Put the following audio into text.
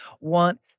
want